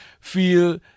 feel